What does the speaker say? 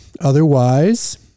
Otherwise